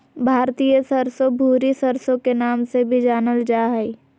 भारतीय सरसो, भूरी सरसो के नाम से भी जानल जा हय